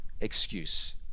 excuse